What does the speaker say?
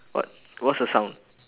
what what's the sound